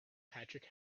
patrick